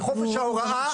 וחופש ההוראה,